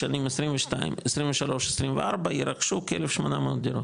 בשנים 22-23-24 ירכשו כ-1,800 דירות,